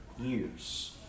years